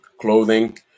Clothing